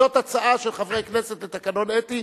זאת הצעה של חברי כנסת לתקנון אתי,